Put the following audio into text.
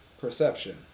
perception